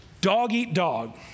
dog-eat-dog